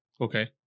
Okay